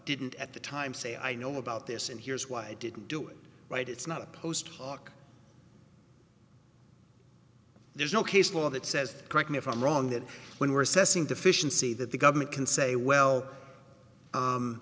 didn't at the time say i know about this and here's why i didn't do it right it's not a post hoc there's no case law that says correct me if i'm wrong that when you're assessing deficiency that the government can say well